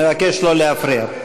אני מבקש לא להפריע.